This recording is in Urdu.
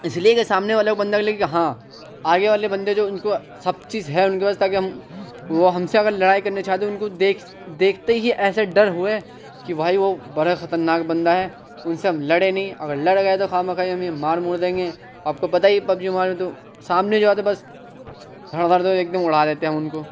اس لیے کہ سامنے والا بندہ کو لگے کہ ہاں آگے والا بندے جو ان کو سب چیز ہے ان کے پاس تا کہ ہم وہ ہم سے اگر لڑائی کرنے چاہتے ہیں تو ان کو دیکھ دیکھتے ہی ایسا ڈر ہوئے کہ بھائی وہ بڑا خطرناک بندہ ہے ان سے ہم لڑیں نہیں اگر لڑ گئے تو خواہ مخواہ ہمیں مار مور دیں گے آپ کو پتہ ہی ہے کہ پب جی موبائل میں تو سامنے جو آتا ہے بس دھڑ دھڑ سے ایک دم ہم اڑا دیتے ہیں ان کو